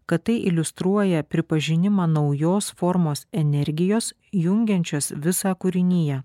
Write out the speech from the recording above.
kad tai iliustruoja pripažinimą naujos formos energijos jungiančios visą kūriniją